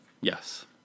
Yes